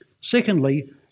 Secondly